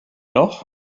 noch